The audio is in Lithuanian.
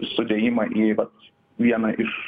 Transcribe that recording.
sudėjimą į vat vieną iš